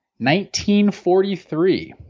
1943